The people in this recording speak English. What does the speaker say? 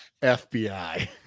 FBI